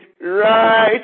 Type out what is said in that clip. right